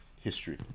history